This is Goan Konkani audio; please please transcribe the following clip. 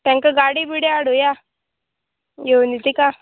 तांकां गाडी बिडी हाडुया येवनी तिका